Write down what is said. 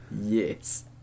Yes